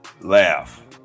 laugh